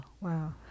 Wow